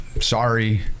Sorry